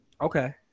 Okay